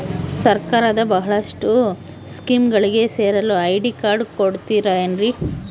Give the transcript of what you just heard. ಸರ್ಕಾರದ ಬಹಳಷ್ಟು ಸ್ಕೇಮುಗಳಿಗೆ ಸೇರಲು ಐ.ಡಿ ಕಾರ್ಡ್ ಕೊಡುತ್ತಾರೇನ್ರಿ?